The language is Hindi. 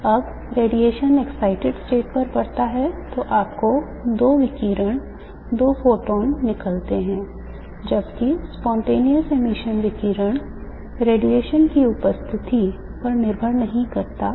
जब रेडिएशन excited state पर पड़ता है तो आपको दो विकिरण दो फोटॉन निकलते हैं जबकि spontaneous emission विकिरण रेडिएशन की उपस्थिति पर निर्भर नहीं करता है